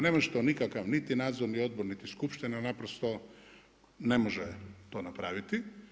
Ne može to nikakav niti nadzorni odbor, niti skupština, naprosto ne može to napraviti.